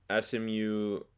SMU